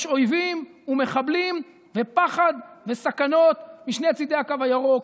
יש אויבים ומחבלים ופחד וסכנות משני צידי הקו הירוק.